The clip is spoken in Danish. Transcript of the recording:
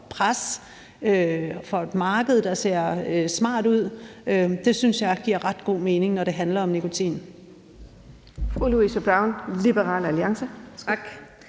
pres og for et marked, der ser smart ud, synes jeg giver ret god mening, når det handler om nikotin.